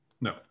No